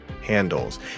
Handles